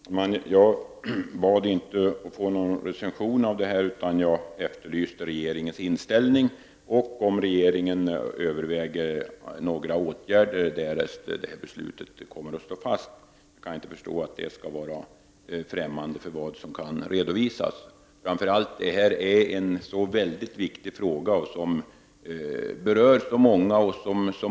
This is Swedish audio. Herr talman! Jag bad inte om att få en recension av detta. Jag efterlyste regeringens inställning och om regeringen överväger några åtgärder därest beslutet kommer att stå fast. Jag kan inte förstå att det skall vara främmande för vad som kan redovisas. Detta är en väldigt viktig fråga som berör många.